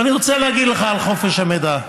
אבל אני רוצה להגיד לך על חופש המידע.